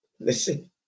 Listen